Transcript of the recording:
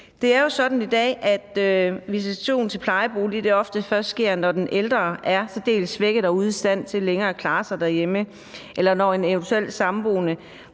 Det er jo sådan i dag, at visitationen til plejebolig ofte først sker, når den ældre er særdeles svækket og ikke længere er i stand til at klare sig derhjemme, eller når en eventuel samboende